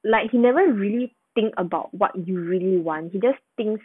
like he never really think about what you really want he just thinks